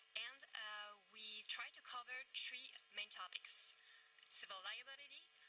and ah we tried to cover three main topics civil liability,